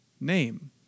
name